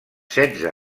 setze